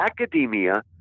academia